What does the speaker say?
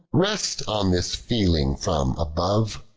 rest on this feeling from above,